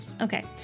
Okay